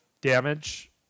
damage